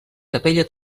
capella